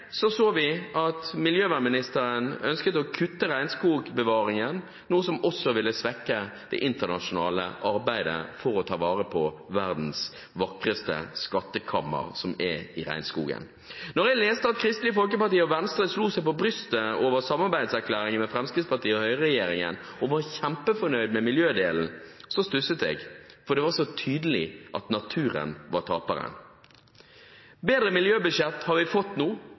så vi at miljøvernministeren ønsket å kutte regnskogbevaringen, noe som også ville svekke det internasjonale arbeidet for å ta vare på verdens vakreste skattkammer, som er i regnskogen. Da jeg leste at Kristelig Folkeparti og Venstre slo seg på brystet over samarbeidsavtalen med Høyre–Fremskrittsparti-regjeringen og var kjempefornøyd med miljødelen, stusset jeg, for det var så tydelig at naturen var taperen. Vi har fått et bedre miljøbudsjett nå